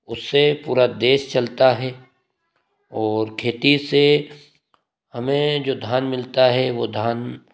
उससे पूरा देश चलता है और खेती से हमें जो धन मिलता है वो धान